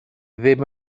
ddim